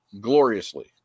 gloriously